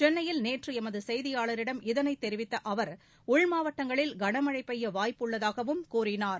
சென்னையில் நேற்று எமது செய்தியாளரிடம் இதனைத் தெரிவித்த அவர் உள்மாவட்டங்களில் கன்மழை பெய்ய வாய்ப்பு உள்ளதாக கூறினார்